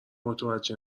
متوجه